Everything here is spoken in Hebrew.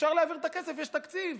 אפשר להעביר את הכסף, יש תקציב.